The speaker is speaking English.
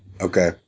Okay